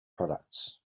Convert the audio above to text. products